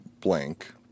blank